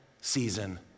season